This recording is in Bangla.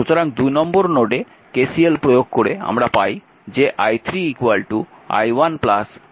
সুতরাং 2 নম্বর নোডে KCL প্রয়োগ করে আমরা পাই যে i3 i1 05 v0